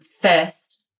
first